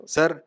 Sir